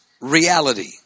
reality